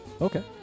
okay